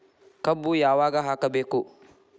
ಕಬ್ಬು ಯಾವಾಗ ಹಾಕಬೇಕು?